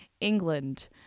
England